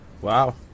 Wow